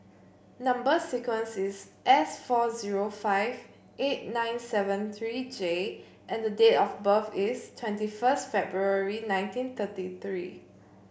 number sequence is S four zero five eight nine seven three J and the date of birth is twenty first February nineteen thirty three